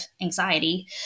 anxiety